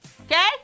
okay